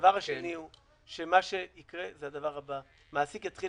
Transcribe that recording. הדבר השני הוא שמה שיקרה זה הדבר הבא: מעסיק יתחיל